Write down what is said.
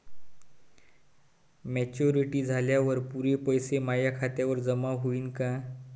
Maturity झाल्यावर पुरे पैसे माया खात्यावर जमा होईन का?